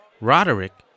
Roderick